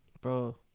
bro